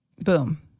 boom